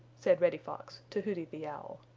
said reddy fox to hooty the owl.